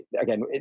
again